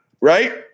right